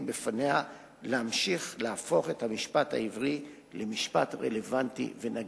בפניה להמשיך ולהפוך את המשפט העברי למשפט רלוונטי ונגיש.